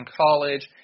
college